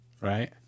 Right